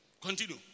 Continue